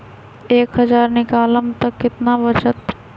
एक हज़ार निकालम त कितना वचत?